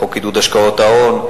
וחוק עידוד השקעות ההון,